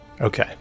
Okay